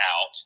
out